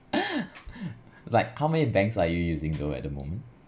like how many banks are you using though at the moment